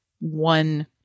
one